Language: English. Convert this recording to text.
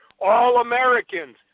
All-Americans